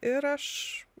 ir aš